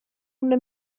una